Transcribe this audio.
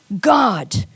God